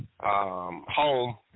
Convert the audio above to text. home